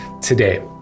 today